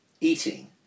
eating